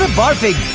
ah barfing.